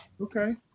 okay